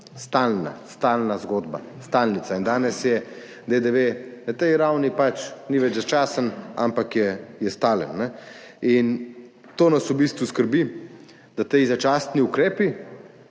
osem? Stalna zgodba, stalnica. In danes DDV na tej ravni ni več začasen, ampak je stalen. To nas v bistvu skrbi, da ti začasni ukrepi,